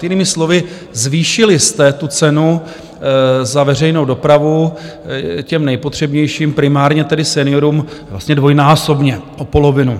Jinými slovy, zvýšili jste cenu za veřejnou dopravu těm nejpotřebnějším, primárně tedy seniorům, vlastně dvojnásobně, o polovinu.